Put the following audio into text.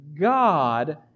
God